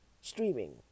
streaming